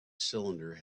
cylinder